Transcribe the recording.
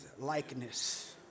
likeness